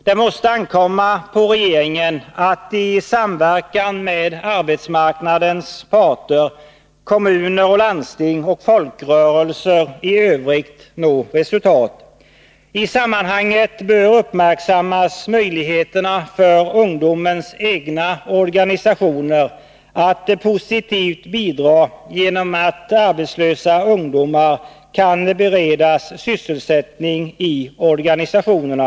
Det måste ankomma på regeringen att samverka med arbetsmarknadens parter, kommuner och landsting och folkrörelser för att nå resultat. I sammanhanget bör möjligheterna uppmärksammas för ungdomens egna organisationer att positivt bidra genom att arbetslösa ungdomar kan beredas sysselsättning i organisationerna.